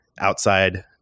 outside